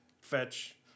fetch